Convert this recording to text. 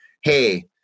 hey